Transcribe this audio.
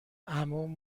عموم